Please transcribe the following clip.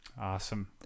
Awesome